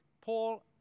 Paul